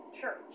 church